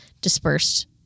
dispersed